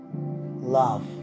love